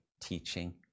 teaching